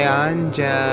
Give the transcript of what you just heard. anja